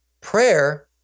Prayer